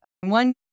One